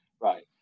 Right